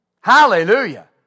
Hallelujah